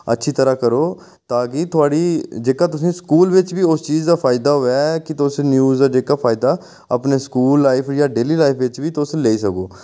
अच्छी तरह् करो ताकि थुआढ़ी जेह्का तुसें ई स्कूल बिच बी उस चीज दा फायदा होऐ की तुस न्यूज दा जेह्का फायदा अपनी स्कूल दी जेह्की लाइफ जां डेली लाइफ बिच बी तुस लेई लेई सको